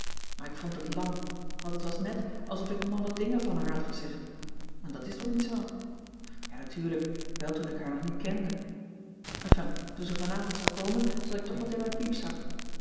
maar ik vond het lam want het was net alsof ik malle dingen van haar had gezegd en dat is toch niet zoo ja natuurlijk wel toen ik haar nog niet kende enfin toen ze vanavond zou komen zat ik toch wat in mijn piepzak